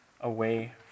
away